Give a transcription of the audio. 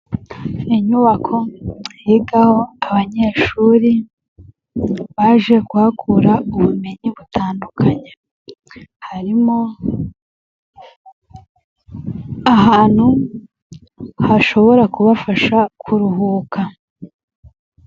Inyubako yigaho abanyeshuri baje kuhakura ubumenyi butandukanye, harimo ahantu hashobora kubafasha kuruhuka.